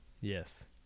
Yes